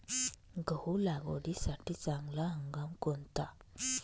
गहू लागवडीसाठी चांगला हंगाम कोणता?